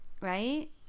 Right